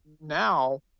now